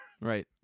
Right